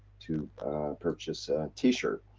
to purchase a t-shirt.